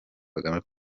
kagame